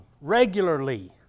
regularly